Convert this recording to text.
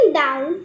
down